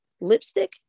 lipstick